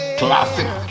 classic